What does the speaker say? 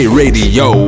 radio